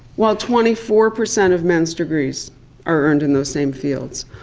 while twenty four percent of men's degrees are earned in those same fields.